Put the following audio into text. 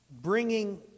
bringing